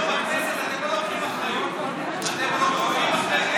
אתם לא לוקחים אחריות על מה שקורה היום כאן בכנסת.